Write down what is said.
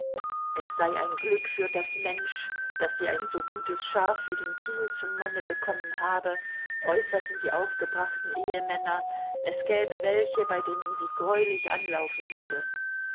es sei ein glück für das mensch daß sie ein so gutes schaf wie den thiel zum manne bekommen habe äußerten die aufgebrachten ehemänner es gäbe welche bei denen sie greulich anlaufen würde